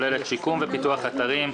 הכוללות שיקום ופיתוח אתרים,